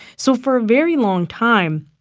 so for a very long time,